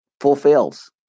fulfills